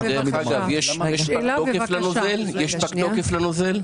יש פג תוקף לנוזל?